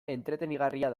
entretenigarria